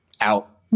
Out